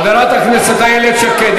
חברת הכנסת איילת שקד,